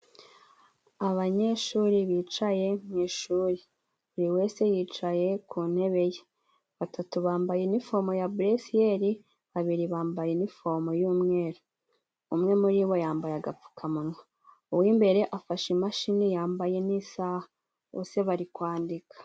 Abanyeshuri bicaye mu ishuri buri wese yicaye ku ntebe ye, batatu bambaye inifomu ya beresiyeli babiri bambaye inifomu y'umweru, umwe muri bo yambaye agapfukamunwa, uw'imbere afashe imashini yambaye n'isaha. Bose bari kwandika.